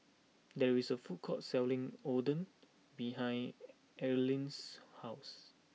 there is a food court selling Oden behind Earlean's house